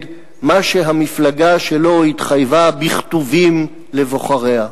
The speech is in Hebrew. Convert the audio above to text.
מה שהמפלגה שלו התחייבה בכתובים לבוחריה.